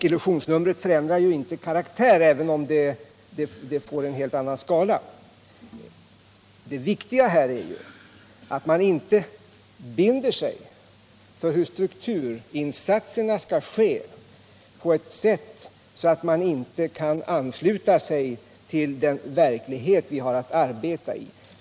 Illusionsnumret förändrar emellertid inte karaktär, även om det får en helt annan skala, utan det viktiga här är att man inte binder sig för hur strukturinsatserna skall ske på ett sådant sätt att man inte kan ansluta sig till den verklighet som vi har att arbeta i.